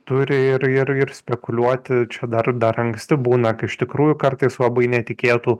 turi ir ir ir spekuliuoti čia dar dar anksti būna kai iš tikrųjų kartais labai netikėtų